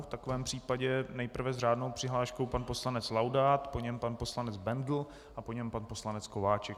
V takovém případě nejprve s řádnou přihláškou pan poslanec Laudát, po něm pan poslanec Bendl a po něm pan poslanec Kováčik.